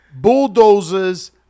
bulldozers